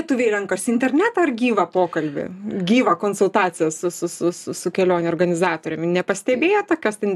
lietuviai renkasi internetą ar gyvą pokalbį gyvą konsultaciją su su su kelionių organizatoriumi nepastebėjote kas ten